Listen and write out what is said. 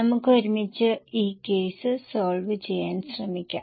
നമുക്ക് ഒരുമിച്ച് ഈ കേസ് സോൾവ് ചെയ്യാൻ ശ്രമിക്കാം